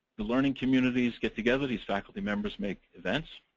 the learning communities get together. these faculty members make events.